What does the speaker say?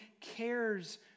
cares